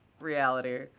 reality